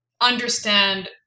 understand